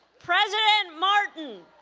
president martin,